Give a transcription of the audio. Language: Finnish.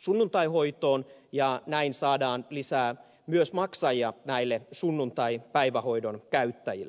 sunnuntaihoitoon ja näin saadaan lisää myös maksajia näille sunnuntaipäivähoidon käyttäjille